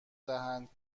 دهند